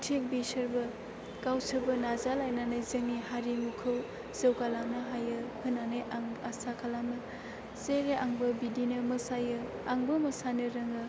थिक बिसोरबो गावसोरबो नाजालायनानै जोंनि हारिमुखौ जौगालांनो हायो होननानै आं आसा खालामो जेरै आंबो बिदिनो मोसायो आंबो मोसानो रोङो